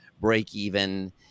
break-even